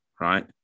right